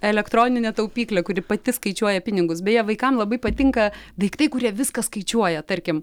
elektroninė taupyklė kuri pati skaičiuoja pinigus beje vaikam labai patinka daiktai kurie viską skaičiuoja tarkim